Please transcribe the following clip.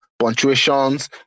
punctuations